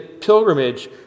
pilgrimage